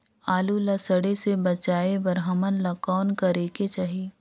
आलू ला सड़े से बचाये बर हमन ला कौन करेके चाही?